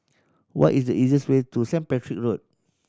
what is easiest way to Saint Patrick Road